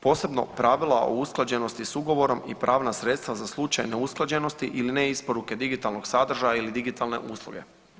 Posebno pravila o usklađenosti s ugovorom i pravna sredstva za slučaj neusklađenosti ili ne isporuke digitalnog sadržaja ili digitalne usluge.